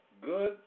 good